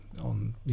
on